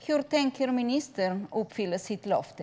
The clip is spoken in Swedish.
Hur tänker ministern uppfylla sitt löfte?